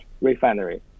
refinery